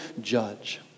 judge